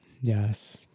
Yes